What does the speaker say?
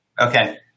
okay